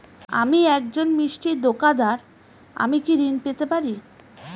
আমি একজন মিষ্টির দোকাদার আমি কি ঋণ পেতে পারি?